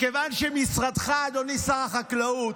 מכיוון שמשרדך, אדוני שר החקלאות,